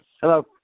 Hello